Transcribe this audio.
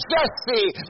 Jesse